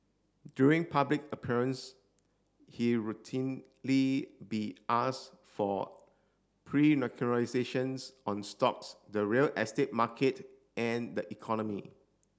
during public appearance he routinely be asked for prognostications on stocks the real estate market and the economy